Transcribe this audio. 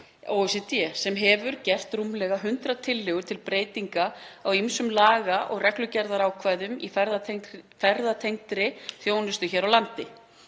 sem hefur gert rúmlega 100 tillögur til breytinga á ýmsum laga- og reglugerðarákvæðum í ferðatengdri þjónustu hér á landi.